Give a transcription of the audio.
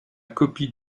copie